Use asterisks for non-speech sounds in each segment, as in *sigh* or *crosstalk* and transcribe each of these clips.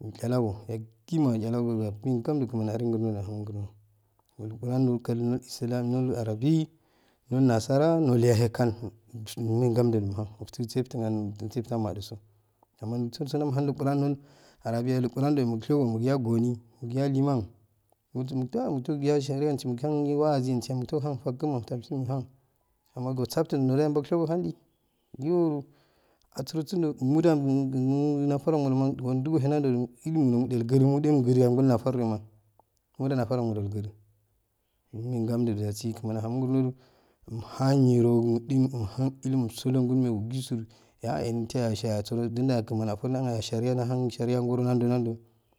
Umchalago yagima chalogo ro akun kam la kmani aha mu grno kmani anana grno wai ingura do kai nul islami uya nul arabi nul nasara nulaye yaye kal umeye gam jurumuhan umset te umsette matusal amma sursuro *unintelligible* jahan luquran nul arabiye inqura joye mashego mulga gohi muly a liman mutycn usaazi saye muitanhan fagma tafsir muhan amaa osaften nodoyaye nusueso han ji niro asiro sunjo majamogo nafaragmojo modgoyi nan jojoji eiemu nomu jili gjemun mimulgje angol nafurejama muje nafar gomo gaji mumeyel gamju jasi tsmani anamo grnodi munam nilo joil munan ilimn sojo qulmeyo josojuan enni toye sheyetsuraje jandaye kman afuron janan shariya rahan shariya goro nan jo nanjo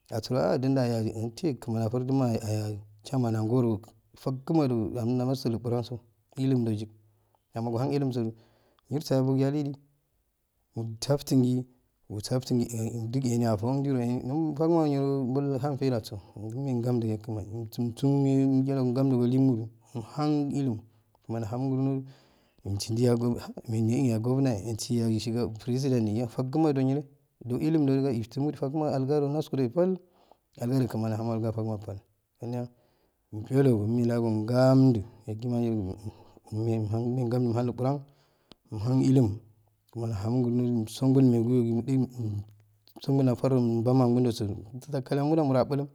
asuro ahu janjay inte kman dafur aya chaman angoro fagmadu amen namarso iaquranso ilimujiyik amma ohan ilinso ju nirsoyarbu yaliji mustarji hi mustarhigi ehh kigi ehno afun jiro ehni mul fagma bule uan fa jaso munye gamju ya kmani umsun sunye gamju go limmuju muhan ilim kamani ahama gmoju ensi ja yayo shu saba peresinenie fagama joyile jo ilim joike iftumn fagma alaga ju naskuju bal aluguji gmam ahamu alugaju bal kaniya ummulu umleye gamju yakima *unintelligible* gamju ham inquran umah an ilim kmani auamo wrno un so gulmekiyo nudin umso gun nefara anganosun bam akundusu sakale ma nuja abulm.